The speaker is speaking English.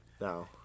No